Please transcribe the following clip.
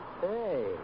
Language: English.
hey